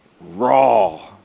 Raw